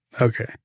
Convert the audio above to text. Okay